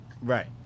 Right